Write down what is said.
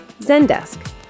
Zendesk